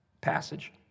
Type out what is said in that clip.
passage